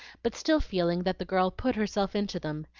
but still feeling that the girl put herself into them,